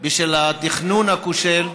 בשל התכנון הכושל,